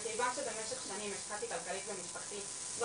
ובגלל שבמשך שנים השקעתי כלכלית במשפחתי לא